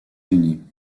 unis